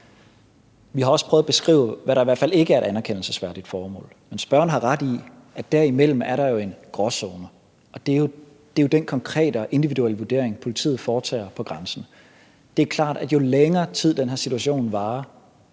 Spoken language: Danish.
Vi har også prøvet at beskrive, hvad der i hvert fald ikke er et anerkendelsesværdigt formål. Men spørgeren har ret i, at der derimellem er en gråzone, og det er jo dén konkrete og individuelle vurdering, politiet foretager på grænsen. Det er klart, at jo længere tid den her situation varer,